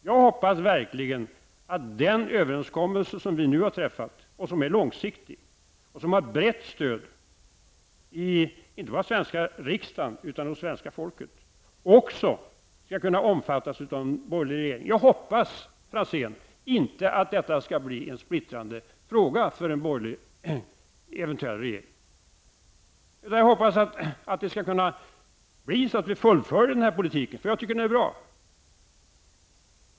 Jag hoppas vidare att den överenskommelse vi nu har träffat, som är långsiktig och som har ett brett stöd inte bara i den svenska riksdagen utan också hos det svenska folket, även skall omfattas av en borgerlig regering. Jag hoppas, herr Franzén, att detta inte skall bli en fråga som splittrar en borgerlig, eventuell, regering. Jag hoppas att vi skall kunna fullfölja den här politiken, för jag tycker att den är bra.